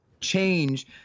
change